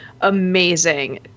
amazing